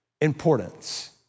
importance